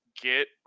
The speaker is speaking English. get